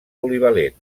polivalent